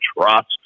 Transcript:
trust